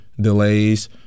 delays